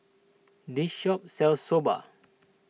this shop sells Soba